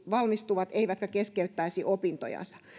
valmistuvat eivätkä keskeyttäisi opintojansa